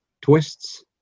twists